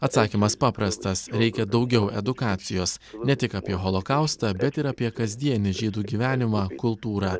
atsakymas paprastas reikia daugiau edukacijos ne tik apie holokaustą bet ir apie kasdienį žydų gyvenimą kultūrą